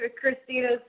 Christina's